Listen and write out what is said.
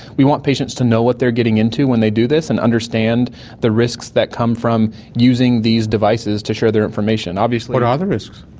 we want patients to know what they're getting into when they do this and understand the risks that come from using these devices to share their information. what are the risks?